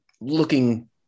looking